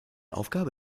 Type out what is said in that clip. aufgabe